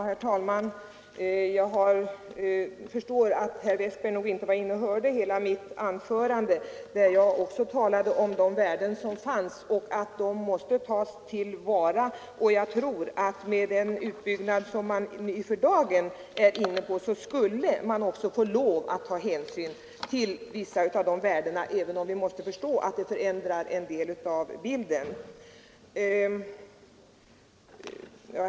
Herr talman! Jag förstår att herr Westberg i Ljusdal inte var inne i kammaren och hörde mitt anförande, där jag också talade om de värden som finns och att de måste tas till vara. Jag tror också att med den utbyggnad som man för dagen är inne på skulle man få lov att ta hänsyn till vissa av dessa värden, även om vi måste förstå att det förändrar en del av bilden.